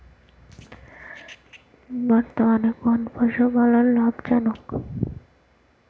বর্তমানে কোন পশুপালন লাভজনক?